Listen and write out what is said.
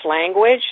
language